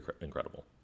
incredible